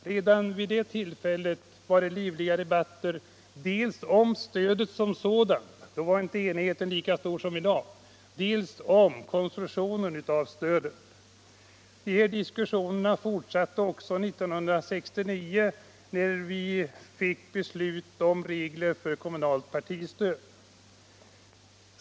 Redan vid det tillfället var det livliga debatter dels om stödet som sådant — då var inte enigheten lika stor som den är i dag —- dels om konstruktionen av stödet. Diskussionerna fortsatte också 1969, när vi fick beslutet om regler för kommunalt partistöd.